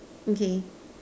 okay